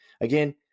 Again